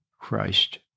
Christ